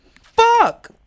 fuck